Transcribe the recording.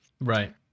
right